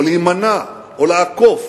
להימנע או לעקוף